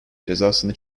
cezasını